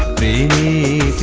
me.